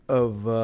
of